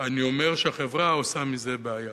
אני אומר שהחברה עושה מזה בעיה.